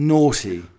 Naughty